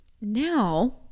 Now